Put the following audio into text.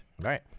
Right